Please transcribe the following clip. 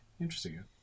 interesting